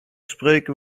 spreken